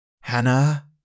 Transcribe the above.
Hannah